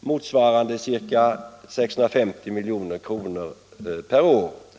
motsvarande ca 650 milj.kr. per år.